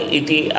iti